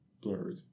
blurred